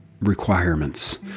requirements